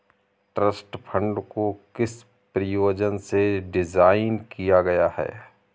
Trust fund को किस प्रयोजन से डिज़ाइन किया गया है?